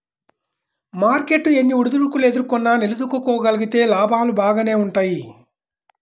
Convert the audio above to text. market ఎన్ని ఒడిదుడుకులు ఎదుర్కొన్నా నిలదొక్కుకోగలిగితే లాభాలు బాగానే వుంటయ్యి